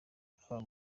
haba